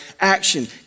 action